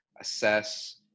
assess